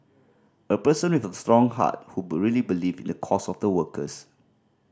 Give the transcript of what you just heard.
a person with a strong heart who really believe in the cause of the workers